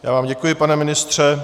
Já vám děkuji, pane ministře.